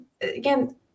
again